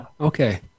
okay